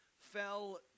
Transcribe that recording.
fell